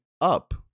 up